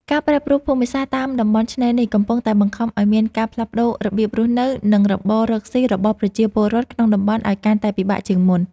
ការប្រែប្រួលភូមិសាស្ត្រតាមតំបន់ឆ្នេរនេះ កំពុងតែបង្ខំឱ្យមានការផ្លាស់ប្តូររបៀបរស់នៅ និងរបររកស៊ីរបស់ប្រជាពលរដ្ឋក្នុងតំបន់ឱ្យកាន់តែពិបាកជាងមុន។